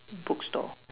bookstore